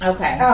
Okay